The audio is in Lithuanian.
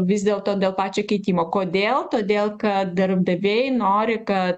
vis dėlto dėl pačio keitimo kodėl todėl kad darbdaviai nori kad